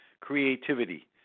creativity